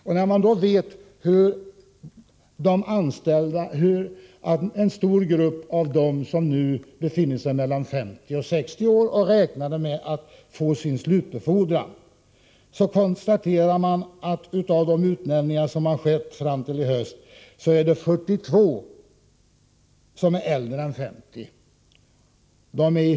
Eftersom många av de anställda nu befinner sig i åldern 50-60 år räknade de med att nu få sin slutbefordran, men vi kan konstatera att 42 av de utnämningar som har skett fram till i höst avser personer som är äldre än 50 år.